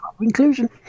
inclusion